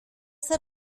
zer